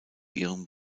ihrem